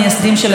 ליברלית,